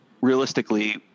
realistically